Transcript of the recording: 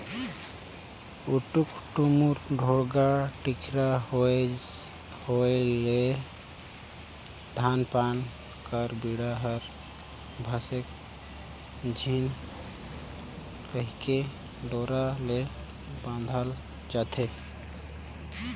उटुक टुमुर, ढोड़गा टिकरा होए ले धान पान कर बीड़ा हर भसके झिन कहिके डोरा मे बाधल जाथे